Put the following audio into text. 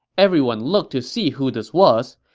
everyone looked to see who this was.